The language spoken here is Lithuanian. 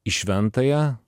į šventąją